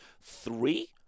three